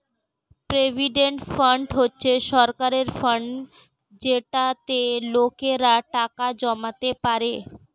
provident fund হচ্ছে সরকারের fund যেটাতে লোকেরা টাকা জমাতে পারে